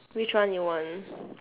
which one you want